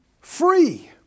free